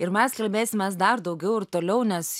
ir mes kalbėsimės dar daugiau ir toliau nes